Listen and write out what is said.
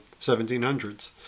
1700s